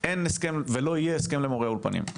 אין ולא יהיה הסכם למורי האולפנים.